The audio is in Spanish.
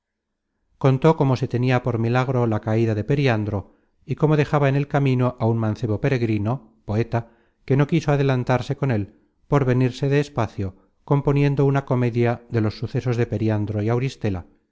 contó cómo se tenia por milagro la caida de periandro y cómo dejaba en el camino á un mancebo peregrino poeta que no quiso adelantarse con él por venirse de espacio componiendo una comedia de los sucesos de periandro y auristela